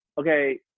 okay